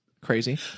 crazy